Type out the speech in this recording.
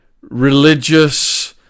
religious